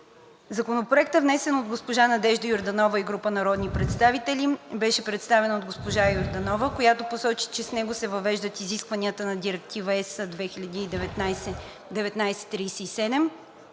Законопроектът, внесен от Надежда Георгиева Йорданова и група народни представители, беше представен от госпожа Йорданова, която посочи, че с него се въвеждат изискванията на Директива (ЕС) 2019/1937,